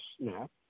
snap